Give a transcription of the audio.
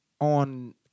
on